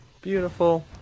Beautiful